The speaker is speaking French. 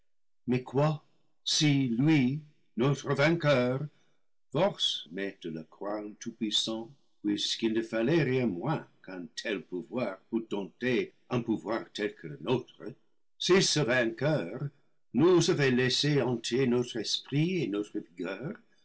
mais quoi si lui notre vainqueur force m'est de le croire le tout-puissant puisqu'il ne fallait rien moins qu'un tel pouvoir pour dompter un pouvoir tel que le nôtre si ce vainqueur nous avait laissé entiers notre esprit et notre